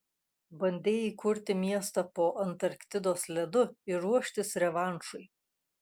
bandei įkurti miestą po antarktidos ledu ir ruoštis revanšui